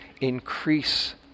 increase